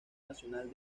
nacional